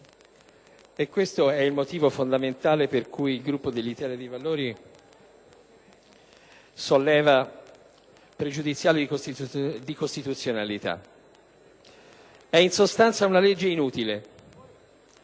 Questo è il motivo fondamentale per cui il Gruppo dell'Italia dei Valori solleva pregiudiziali di costituzionalità. È, in sostanza, una legge inutile;